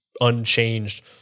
unchanged